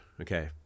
Okay